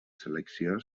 selecció